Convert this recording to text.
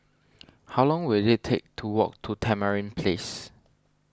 how long will it take to walk to Tamarind Place